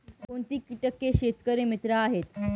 कोणती किटके शेतकरी मित्र आहेत?